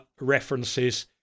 references